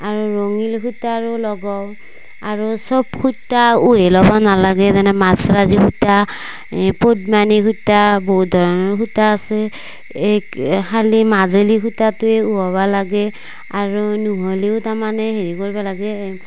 আৰু ৰঙীণ সূতাৰো লগাও আৰু চব সূতা উহাই ল'ব নালাগে যেনে মাছৰাজি সূতা এই পদ্মানী সূতা বহুত ধৰণৰ সূতা আছে এই খালী মাজেলি সূতাটোৱে উহাব লাগে আৰু নুহালেও তাৰমানে হেৰি কৰিব লাগে